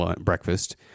breakfast